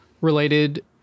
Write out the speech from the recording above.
related